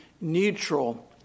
neutral